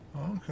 Okay